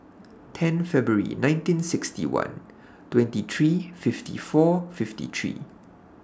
ten February nineteen sixty one twenty three fifty four fifty three